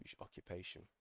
occupation